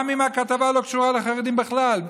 גם אם הכתבה לא קשורה לחרדים בכלל.